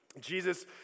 Jesus